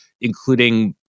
including